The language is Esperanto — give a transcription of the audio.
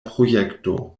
projekto